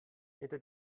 hinter